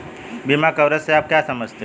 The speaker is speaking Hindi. बीमा कवरेज से आप क्या समझते हैं?